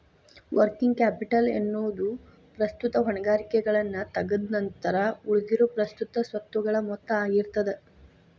working capital ಎನ್ನೊದು ಪ್ರಸ್ತುತ ಹೊಣೆಗಾರಿಕೆಗಳನ್ನ ತಗದ್ ನಂತರ ಉಳಿದಿರೊ ಪ್ರಸ್ತುತ ಸ್ವತ್ತುಗಳ ಮೊತ್ತ ಆಗಿರ್ತದ